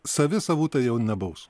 savi savų tai jau nebaus